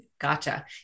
Gotcha